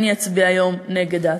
אני אצביע היום נגד ההצעה.